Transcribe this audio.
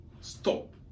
stop